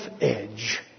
edge